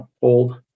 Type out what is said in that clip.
hold